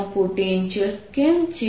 ત્યાં પોટેન્શિયલ કેમ છે